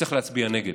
צריך להצביע נגד.